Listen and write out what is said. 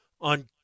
on